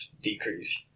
decrease